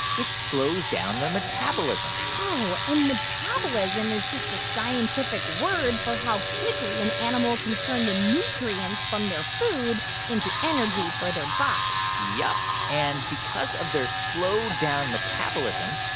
it slows down their metabolism oh. and metabolism is just a scientific word for how quickly an animal can turn the nutrients from their food into energy for their body yup. and because of their slowed-down metabolism,